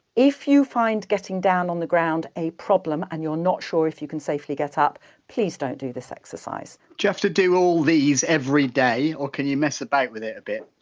if you find getting down on the ground a problem and you're not sure if you can safely get up please don't do this exercise do you have to do all these every day or can you mess about with it a bit?